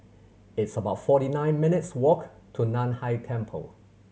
it's about forty nine minutes' walk to Nan Hai Temple